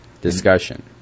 Discussion